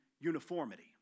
uniformity